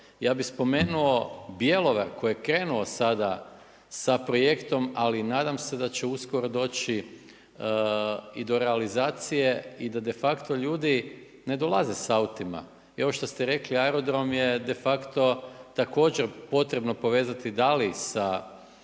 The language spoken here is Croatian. ja bih spomenuo Bjelovar koji je krenuo sada sa projektom ali nadam se da će uskoro doći i do realizacije i da de facto ljudi ne dolaze sa autima. I ovo što ste rekli aerodrom je de facto također potrebno povezati da li sa